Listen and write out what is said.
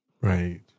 Right